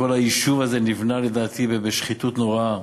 כל היישוב הזה נבנה לדעתי בשחיתות נוראה.